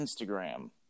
Instagram